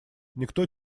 никто